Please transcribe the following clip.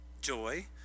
joy